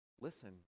listen